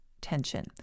tension